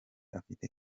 afite